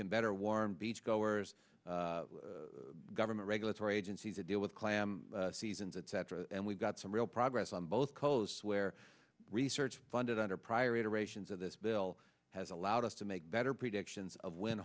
can better warm beachgoers government regulatory agencies to deal with clam seasons etc and we've got some real progress on both coasts where research funded under prior iterations of this bill has allowed us to make better predictions of when